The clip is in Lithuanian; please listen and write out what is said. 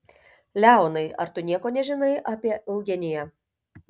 leonai ar tu nieko nežinai apie eugeniją